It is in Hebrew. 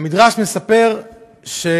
המדרש מספר שהוא